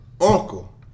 uncle